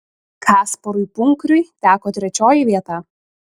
kasparui punkriui teko trečioji vieta